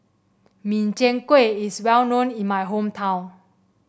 Min Chiang Kueh is well known in my hometown